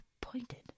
pointed